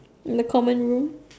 in the common room